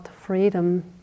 freedom